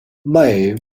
may